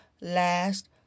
last